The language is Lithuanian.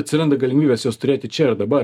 atsiranda galimybės juos turėti čia ir dabar